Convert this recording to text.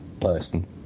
person